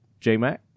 JMAC